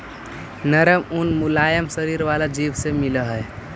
नरम ऊन मुलायम शरीर वाला जीव से मिलऽ हई